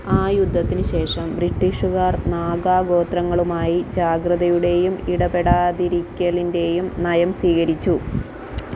ആ യുദ്ധത്തിന് ശേഷം ബ്രിട്ടീഷുകാർ നാഗാ ഗോത്രങ്ങളുമായി ജാഗ്രതയുടെയും ഇടപെടാതിരിക്കലിൻറ്റെയും നയം സ്വീകരിച്ചു